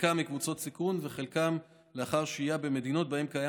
חלקם מקבוצות סיכון וחלקם לאחר שהייה במדינות שבהן קיים